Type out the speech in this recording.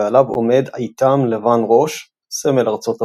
ועליו עומד עיטם לבן-ראש - סמל ארצות הברית.